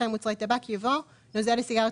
אחרי "מוצרי טבק" יבוא "נוזל לסיגריות